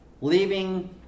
Leaving